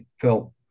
felt